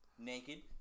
naked